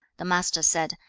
the master said,